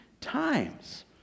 times